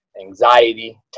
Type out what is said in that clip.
anxiety